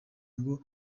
ngo